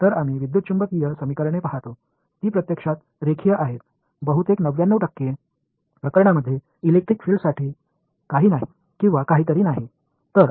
எனவே நாம் எலெக்ட்ரோமேக்னெட்டிக்ஸ் சமன்பாடுகளைப் பார்க்கிறோம் அவை உண்மையில் லீனியர் மின்சாரத் துறைக்கு சதுரம் இல்லை அல்லது 99 சதவீத நிகழ்வுகளுக்கு எதுவும் இல்லை